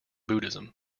buddhism